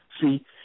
See